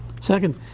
Second